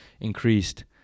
increased